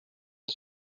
del